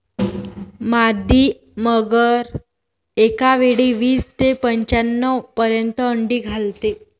मादी मगर एकावेळी वीस ते पंच्याण्णव पर्यंत अंडी घालते